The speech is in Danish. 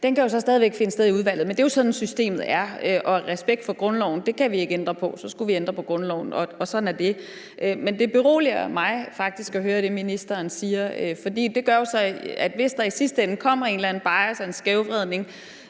væk kan forekomme i udvalget, men det er jo sådan, systemet er, og af respekt for grundloven kan vi ikke ændre på det, for så skulle vi ændre på grundloven, og sådan er det. Men det beroliger mig faktisk at høre det, ministeren siger, for det gør jo så, at hvis der i sidste ende opstår en eller anden form for bias eller skævvridning,